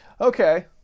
Okay